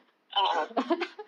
a'ah